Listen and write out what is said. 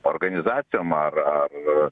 organizacijom ar ar